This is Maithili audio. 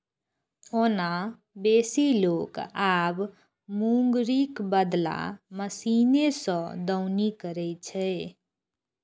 ओना बेसी लोक आब मूंगरीक बदला मशीने सं दौनी करै छै